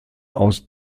aus